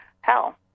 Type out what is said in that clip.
hell